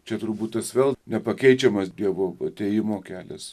čia turbūt tas vėl nepakeičiamas dievo atėjimo kelias